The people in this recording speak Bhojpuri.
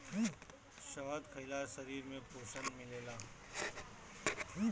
शहद खइला से शरीर में पोषण मिलेला